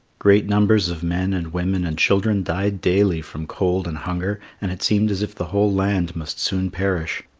great numbers of men and women and children died daily from cold and hunger, and it seemed as if the whole land must soon perish.